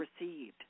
received